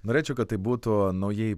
norėčiau kad tai būtų naujai